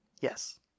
Yes